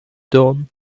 dawn